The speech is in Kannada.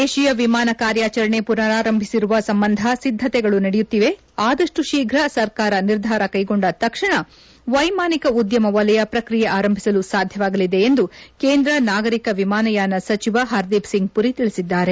ದೇಶೀಯ ವಿಮಾನ ಕಾರ್ಯಾಚರಣೆ ಮನಾರಂಭಿಸುವ ಸಂಬಂಧ ಸಿದ್ಧತೆಗಳು ನಡೆಯುತ್ತಿವೆ ಆದಷ್ಟು ಶೀಘ್ರ ಸರ್ಕಾರ ನಿರ್ಧಾರ ಕೈಗೊಂಡ ತಕ್ಷಣ ವೈಮಾನಿಕ ಉದ್ಯಮ ವಲಯ ಪ್ರಕ್ರಿಯೆ ಆರಂಭಿಸಲು ಸಾಧ್ಯವಾಗಲಿದೆ ಎಂದು ಕೇಂದ್ರ ನಾಗರಿಕ ವಿಮಾನಯಾನ ಸಚಿವ ಪರ್ದಿಪ್ಸಿಂಗ್ ಮರಿ ತಿಳಿಸಿದ್ದಾರೆ